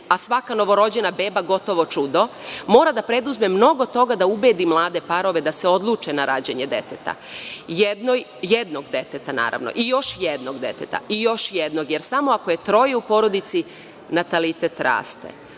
a svaka novorođena beba gotovo čudo, mora da preduzme mnogo toga da ubedi mlade parove da se odluče na rađanje deteta, jednog deteta naravno i još jednog deteta, jer samo ako je troje u porodici natalitet raste.